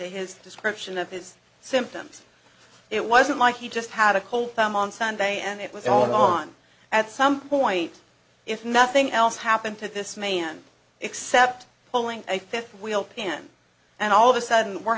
his description of his symptoms it wasn't like he just had a cold thumb on sunday and it was all on at some point if nothing else happened to this man except pulling a fifth wheel pym and all of a sudden we're